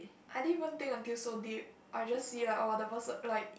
I didn't even think until so deep I just see like oh the person like